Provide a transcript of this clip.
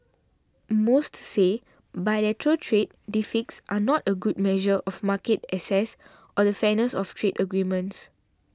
most say bilateral trade deficits are not a good measure of market access or the fairness of trade agreements